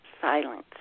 silence